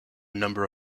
number